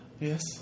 Yes